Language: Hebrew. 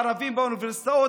הערבים באוניברסיטאות,